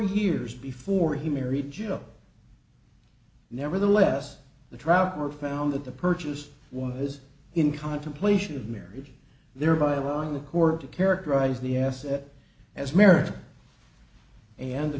years before he married joe nevertheless the trout were found that the purchase was in contemplation of marriage thereby allowing the court to characterize the asset as marriage and the